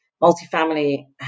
multi-family